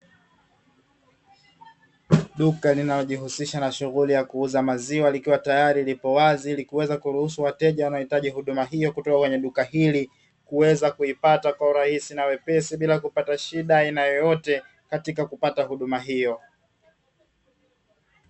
Duka linalojihusisha na shughuli ya kuuza maziwa likiwa tayari lipo wazi ili kuweza kuruhusu wateja wanaohitaji huduma hiyo kutoka kwenye duka hili, kuweza kuipata kwa urahisi na wepesi bila kupata shida ya aina yoyote katika kupata huduma hiyo.